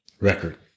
record